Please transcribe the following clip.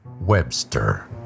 Webster